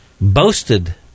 boasted